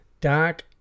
dark